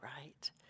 right